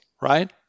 right